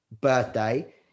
birthday